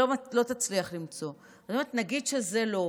הם לא יצליחו למצוא, נגיד שזה לא עובד,